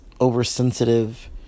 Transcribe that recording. Oversensitive